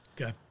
Okay